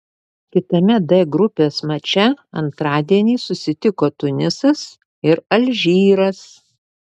kitame d grupės mače antradienį susitiko tunisas ir alžyras